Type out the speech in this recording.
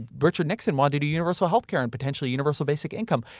bertrand nixon wanted a universal healthcare and potentially universal basic income.